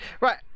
Right